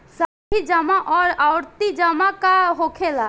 सावधि जमा आउर आवर्ती जमा का होखेला?